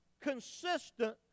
consistent